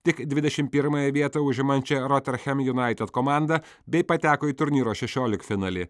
tik dvidešim pirmąją vietą užimančią roterchem junaitet komandą bei pateko į turnyro šešiolikfinalį